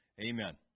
Amen